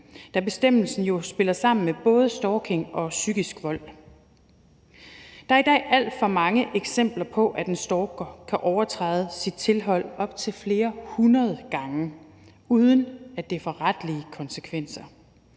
da bestemmelsen jo spiller sammen med både stalking og psykisk vold. Der er i dag alt for mange eksempler på, at en stalker kan overtræde sit tilhold op til flere hundrede gange, uden at det får retlige konsekvenser.